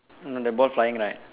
no the ball flying right